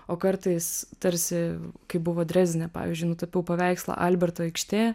o kartais tarsi kai buvo dresdene pavyzdžiui nutapiau paveikslą alberto aikštė